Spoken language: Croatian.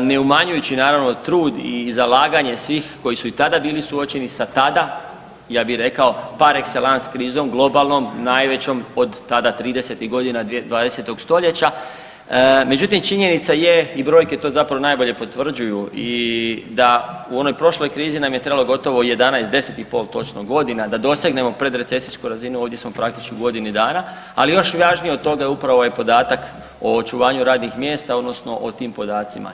ne umanjuju naravno trud i zalaganje svih koji su i tada bili suočeni sa tada ja bi rekao par ekselans krizom globalnom, najvećom od tada 30-tih godina 20. stoljeća, međutim činjenica je i brojke to zapravo najbolje potvrđuju i da u onoj prošloj krizi nam je trebalo gotovo 11, 10,5 točno godina da dosegnemo predrecesijsku razinu ovdje smo praktički u godini dana, ali još važnije od toga je upravo ovaj podatak o očuvanju radnih mjesta odnosno o tim podacima.